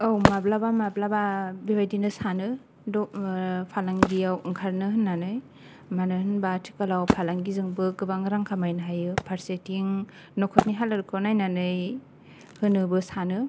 औ माब्लाबा माब्लाबा बेबादिनो सानो फालांगियाव ओंखारनो होननानै मानो होनबा आथिखालाव फालांगि जोंबो गोबां रां खामायनो हायो फारसेथिं न'खरनि हालोदखौ नायनानै होनोबो सानो